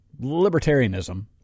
libertarianism